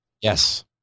Yes